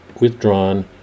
withdrawn